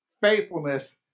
faithfulness